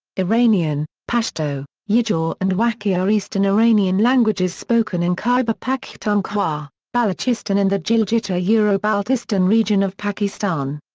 iranian pashto, yidgha ah and wakhi are eastern iranian languages spoken in khyber-pakhtunkhwa, balochistan and the gilgit-baltistan region of pakistan.